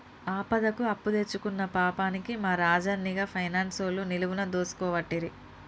ఆపదకు అప్పుదెచ్చుకున్న పాపానికి మా రాజన్ని గా పైనాన్సోళ్లు నిలువున దోసుకోవట్టిరి